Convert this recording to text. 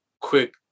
quick